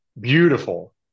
beautiful